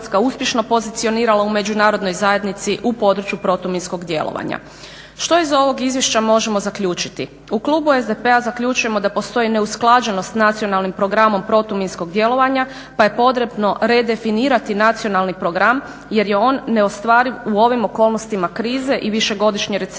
U klubu SDP-a zaključujemo da postoji neusklađenost s Nacionalnim programom protuminskog djelovanja pa je potrebno redefinirati Nacionalni program jer je on neostvariv u ovim okolnostima krize i višegodišnje recesije.